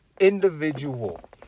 individual